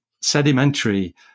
sedimentary